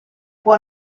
può